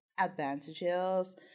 advantages